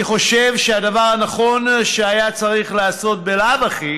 אני חושב שהדבר הנכון שהיה צריך לעשות בלאו הכי